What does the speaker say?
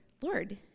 Lord